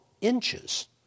inches